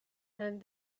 and